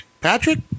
Patrick